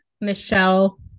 Michelle